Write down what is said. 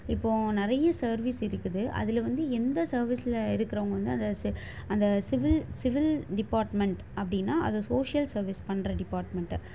இப்போது நிறைய சர்வீஸ் இருக்குது அதில் வந்து எந்த சர்வீஸில் இருக்கிறவங்க வந்து அந்த செ அந்த சிவில் சிவில் டிபார்ட்மெண்ட் அப்படின்னா அது சோஷியல் சர்வீஸ் பண்ணுற டிபார்ட்மெண்ட்டு